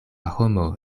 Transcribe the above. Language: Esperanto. homo